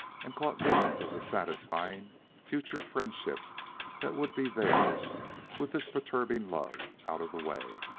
and caught visions of the satisfying future friendship that would be theirs with this perturbing love out of the way.